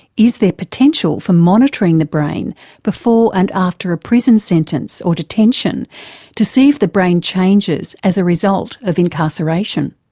is there potential for monitoring the brain before and after a prison sentence or detention to see if the brain changes as a result of incarceration?